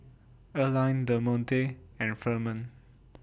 Erline Demonte and Firman